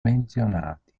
menzionati